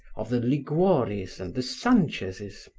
of the liguoris and the sanchezes,